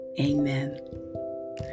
Amen